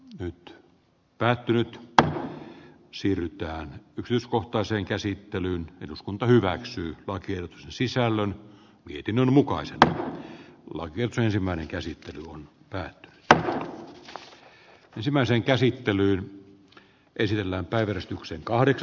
nyt päätynyt ta siiryttyään kyskohtaiseen käsittelyyn eduskunta hyväksyy oikea sisällön mietinnön mukaiset olot jotka ensimmäinen käsittely on pää ja ensimmäisen käsittelyn esillä asuntojen osalta